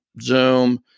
zoom